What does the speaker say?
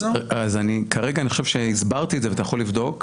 אז כרגע אני חושב שהסברתי את זה, ואתה יכול לבדוק.